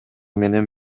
менен